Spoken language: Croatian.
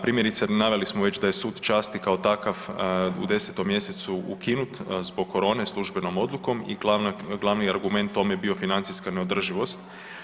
Primjerice naveli smo već da je sud časti kao takav u 10. mjesecu ukinut zbog korone službenom odlukom i glavna, glavni argument tome je bio financijska neodrživost.